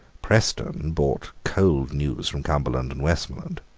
preston brought cold news from cumberland and westmoreland.